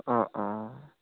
অঁ অঁ